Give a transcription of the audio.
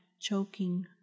choking